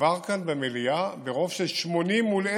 עבר כאן במליאה ברוב של 80 מול אפס.